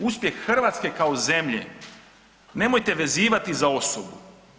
Uspjeh Hrvatske kao zemlje nemojte vezivati za osobu.